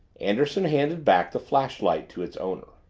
anderson handed back the flashlight to its owner.